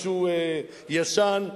משהו ישן,